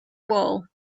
wool